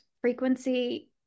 frequency